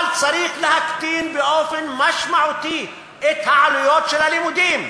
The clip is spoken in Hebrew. אבל צריך להקטין באופן משמעותי את העלויות של הלימודים,